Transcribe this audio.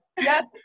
Yes